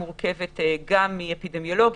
שמורכבת גם מאפידמיולוגים,